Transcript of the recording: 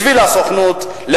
בשביל הסוכנות,